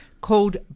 called